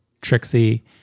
Trixie